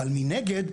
אבל מנגד,